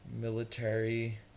military